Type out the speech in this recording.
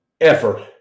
effort